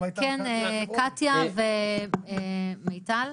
כן קטיה ומיטל,